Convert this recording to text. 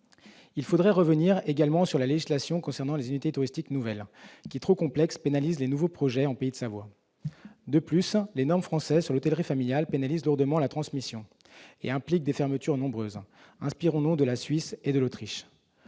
Il faudrait revenir également sur la législation concernant les unités touristiques nouvelles qui, trop complexe, pénalise les nouveaux projets en pays de Savoie. De plus, les normes françaises concernant l'hôtellerie familiale pénalisent lourdement la transmission et impliquent des fermetures nombreuses. Inspirons-nous de la Suisse et de l'Autriche.